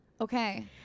Okay